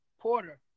Porter